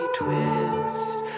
twist